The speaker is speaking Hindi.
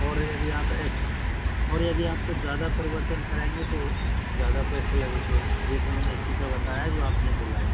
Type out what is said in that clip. और यदि आप एक और यदि आपको ज़्यादा परिवर्तन कराएंगे तो ज़्यादा पैसे लगेंगे ये तो मैंने इसी का बताया हैं जो आप ने बोला हैं